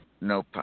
no